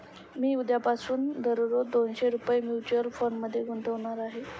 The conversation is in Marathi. मी उद्यापासून दररोज दोनशे रुपये म्युच्युअल फंडात गुंतवणार आहे